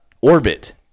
Orbit